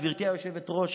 גברתי היושבת-ראש,